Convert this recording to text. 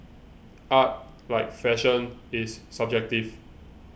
art like fashion is subjective